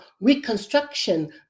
reconstruction